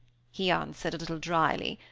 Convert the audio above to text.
he answered, a little dryly.